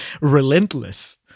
Relentless